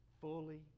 fully